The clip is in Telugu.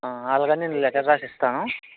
అలాగని నేను లెటర్ రాసిస్తాను